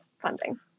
funding